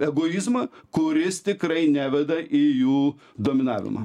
egoizmą kuris tikrai neveda į jų dominavimą